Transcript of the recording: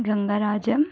Gangarajan